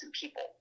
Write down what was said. people